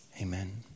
Amen